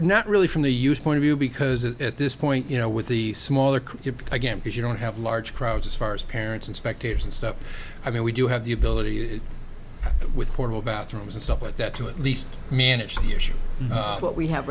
not really from the u s point of view because at this point you know with the smaller cube again because you don't have large crowds as far as parents and spectators and stuff i mean we do have the ability with portable bathrooms and stuff like that to at least manage the issue but we have